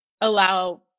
allow